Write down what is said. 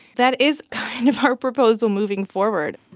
that is kind of our proposal moving forward